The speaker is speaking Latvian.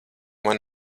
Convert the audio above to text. man